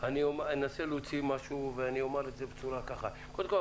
אני אנסה להוציא משהו ואני אומר את זה ככה: קודם כול,